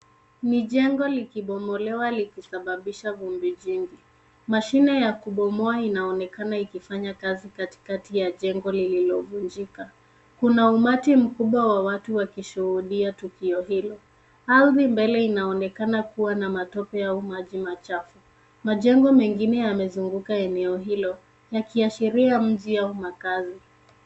Ni jengo likibomolewa likisababisha vumbi jingi . Mashine ya kubomoa inaonekana ikifanya kazi katikati ya jengo lililovunjika. Kuna umati mkubwa wa watu wakishuhudia tukio hilo. Ardhi mbele inaonekana kuwa na matope au maji machafu. Majengo mengine yamezunguka eneo hilo yakiashiria mji au makazi.